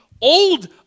old